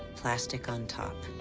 plastic on top.